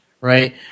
Right